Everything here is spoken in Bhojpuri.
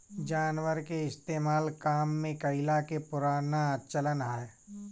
जानवर के इस्तेमाल काम में कइला के पुराना चलन हअ